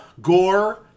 Gore